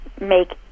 make